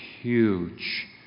huge